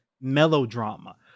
melodrama